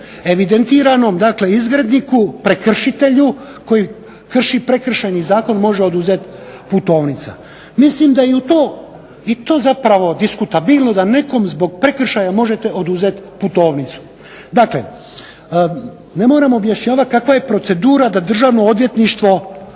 evidentiranom, dakle izgredniku, prekršitelju koji krši Prekršajni zakon može oduzeti putovnica. Mislim da je i to zapravo diskutabilno da nekom zbog prekršaja možete oduzeti putovnicu. Dakle, ne moram objašnjavati kakva je procedura da Državno odvjetništvo